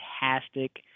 fantastic